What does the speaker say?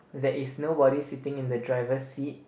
there is nobody sitting in the driver seat